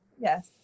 yes